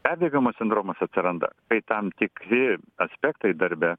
perdegimo sindromas atsiranda kai tam tikri aspektai darbe